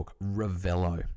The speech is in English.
Ravello